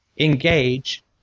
engage